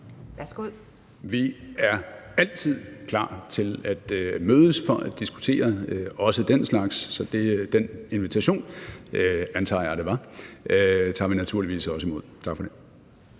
Vi er altid klar til at mødes for at diskutere også den slags. Så den invitation – antager jeg det var – tager vi naturligvis også imod.